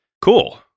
cool